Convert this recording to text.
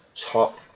top